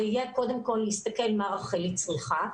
זה יהיה קודם להסתכל מה רחלי צריכה,